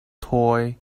toy